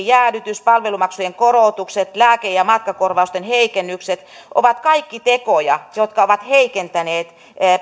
jäädytys palvelumaksujen korotukset lääke ja matkakorvausten heikennykset ovat kaikki tekoja jotka ovat heikentäneet